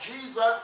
Jesus